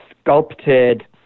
sculpted